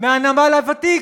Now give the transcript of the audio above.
מהנמל הוותיק.